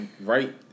Right